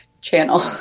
channel